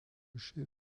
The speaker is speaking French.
chef